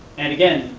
and again,